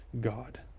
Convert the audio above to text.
God